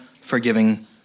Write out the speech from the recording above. forgiving